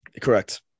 Correct